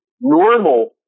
normal